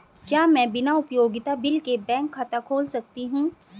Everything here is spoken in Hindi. क्या मैं बिना उपयोगिता बिल के बैंक खाता खोल सकता हूँ?